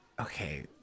okay